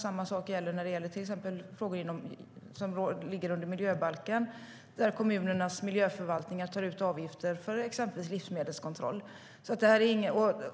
Samma sak gäller sådant som ligger under miljöbalken där kommunernas miljöförvaltningar tar ut avgifter för till exempel livsmedelskontroll.